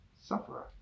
sufferer